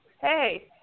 Hey